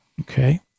okay